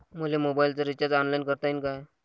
मले मोबाईलच recharge online करता येईन का?